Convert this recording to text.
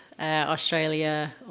Australia